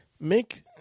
Make